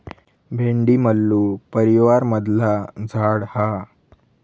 भेंडी मल्लू परीवारमधला झाड हा